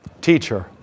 Teacher